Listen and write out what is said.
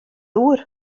oer